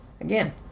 again